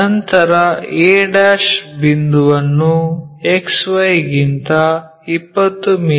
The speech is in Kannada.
ನಂತರ a' ಬಿಂದುವನ್ನು XY ಗಿಂತ 20 ಮಿ